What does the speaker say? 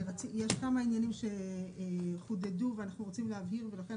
יש כמה עניינים שחודדו ואנחנו רוצים להבהיר ולכן